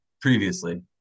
previously